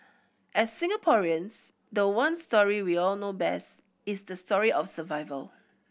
as Singaporeans the one story we all know best is the story of survival